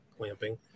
clamping